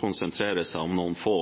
konsentrerer seg om noen få